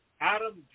Adam